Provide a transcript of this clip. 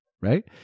right